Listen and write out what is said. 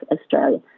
Australia